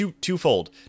twofold